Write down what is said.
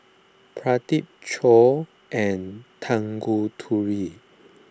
Pradip Choor and Tanguturi